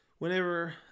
Whenever